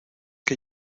que